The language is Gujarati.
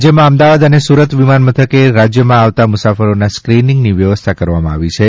રાજ્યમાં મદાવાદ ને સુરત વિમાનમથકે રાજ્યમાં આવતા મુસાફરોના સ્ક્રીનીંગની વ્યવસ્થા કરવામાં આવી છે